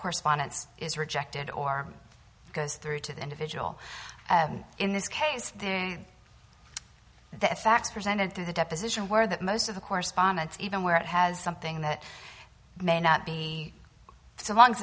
correspondence is rejected or goes through to the individual in this case the facts presented to the deposition were that most of the correspondence even where it has something that may not be so long as